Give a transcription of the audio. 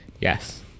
Yes